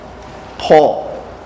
Paul